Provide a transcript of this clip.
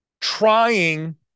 trying